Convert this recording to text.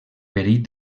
perill